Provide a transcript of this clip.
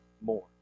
more